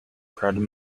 crowded